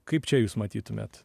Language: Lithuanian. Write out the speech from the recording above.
kaip čia jūs matytumėt